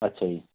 अच्छा जी